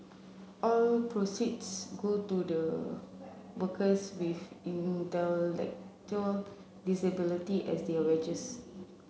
all proceeds go to the workers with intellectual disability as their wages